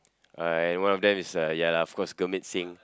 uh one of them is uh ya lah of course Gurmit-Singh